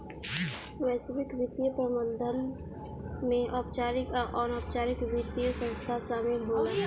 वैश्विक वित्तीय प्रबंधन में औपचारिक आ अनौपचारिक वित्तीय संस्थान शामिल होला